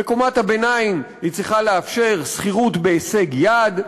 בקומת הביניים היא צריכה לאפשר שכירות בהישג יד,